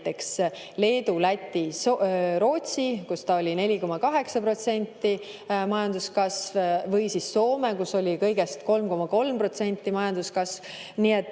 Nii et